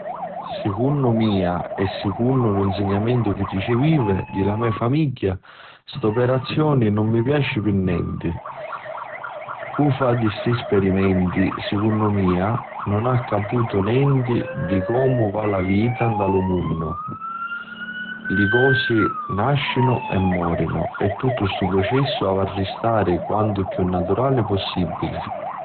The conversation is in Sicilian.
Secunnu mia e secunnu lu nsignamentu chi ricivivi di la me famigghia st'operazioni nun mi piaci pi nenti. Cu' fa di sti spirimenti secunnu mia nun ha' caputu nenti di comu va la vita nta lu munnu. li cosi nascinu e morinu e tuttu stu prucessu avi a ristari quantu chiù naturali possibbili.